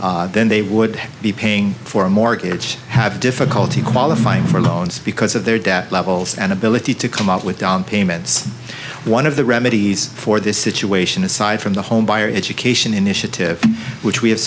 s than they would be paying for a mortgage have difficulty qualifying for loans because of their debt levels and ability to come up with down payments one of the remedies for this situation aside from the homebuyer education initiative which we have